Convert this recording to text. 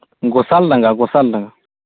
ᱜᱚᱥᱟᱞ ᱰᱟᱝᱜᱟ ᱜᱚᱥᱟᱞ ᱰᱟᱝᱜᱟ